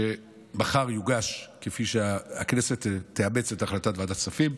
שמחר ככל שהכנסת תאמץ את החלטת ועדת הכספים,